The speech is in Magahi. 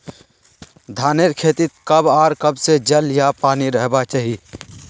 धानेर खेतीत कब आर कब से जल या पानी रहबा चही?